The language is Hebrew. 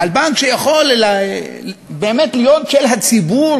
על בנק שיכול באמת להיות של הציבור,